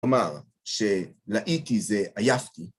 ‫כלומר, שלאיתי זה, עייפתי.